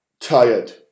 tired